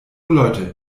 leute